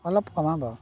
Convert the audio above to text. অলপ কমাব